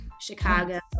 Chicago